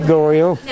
Goriel